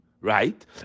right